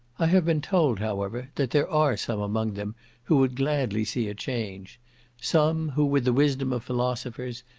i have been told, however, that there are some among them who would gladly see a change some, who with the wisdom of philosophers,